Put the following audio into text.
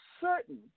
certain